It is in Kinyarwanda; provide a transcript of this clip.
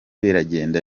biragenda